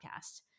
podcast